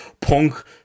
Punk